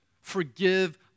Forgive